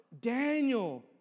Daniel